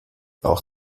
auch